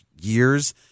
years